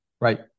Right